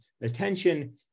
attention